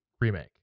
remake